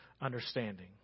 understanding